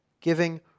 Giving